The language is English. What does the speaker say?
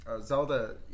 Zelda